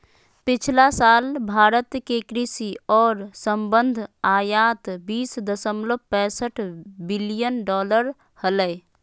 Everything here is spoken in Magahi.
पिछला साल भारत के कृषि और संबद्ध आयात बीस दशमलव पैसठ बिलियन डॉलर हलय